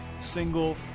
single